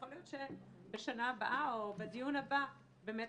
יכול להיות שבשנה הבאה או בדיון הבא באמת